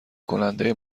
کننده